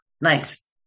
Nice